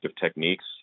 techniques